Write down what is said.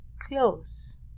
close